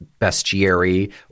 bestiary